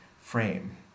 frame